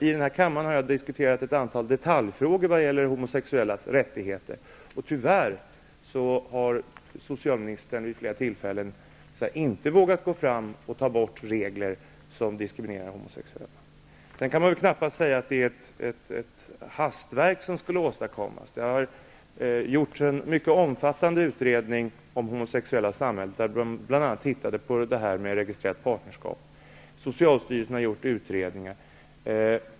I denna kammare har jag diskuterat ett antal detaljfrågor när det gäller homosexuellas rättigheter. Tyvärr har socialministern vid flera tillfällen inte vågat ta bort regler som diskriminerar homosexuella. Man kan knappast säga att det är ett hastverk som skulle åstadkommas. Det har gjorts en mycket omfattande utredning om de homosexuella i samhället, då man bl.a. såg på frågan om registrerat partnerskap. Även socialstyrelsen har gjort utredningar.